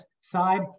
side